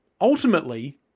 ultimately